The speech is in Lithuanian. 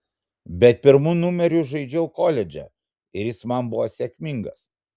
bet pirmu numeriu žaidžiau koledže ir jis man buvo sėkmingas